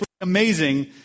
amazing